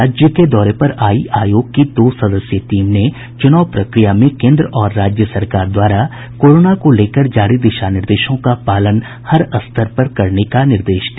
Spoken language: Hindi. राज्य के दौरे पर आई आयोग की दो सदस्यीय टीम ने चुनाव प्रक्रिया में केन्द्र और राज्य सरकार द्वारा कोरोना को लेकर जारी दिशा निर्देशों का पालन हर स्तर पर करने का निर्देश दिया